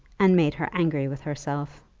and made her angry with herself.